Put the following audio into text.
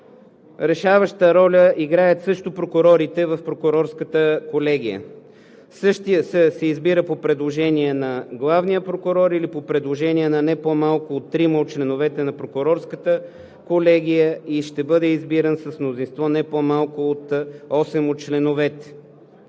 решаваща роля играят също прокурорите в Прокурорската колегия. Същият се избира по предложение на главния прокурор или по предложение на не по-малко от трима от членовете на Прокурорската колегия и ще бъде избиран с мнозинство не по-малко от осем от членовете.